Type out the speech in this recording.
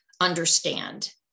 understand